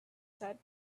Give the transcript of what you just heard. said